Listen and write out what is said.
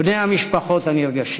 בני המשפחות הנרגשים,